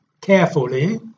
carefully